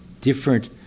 different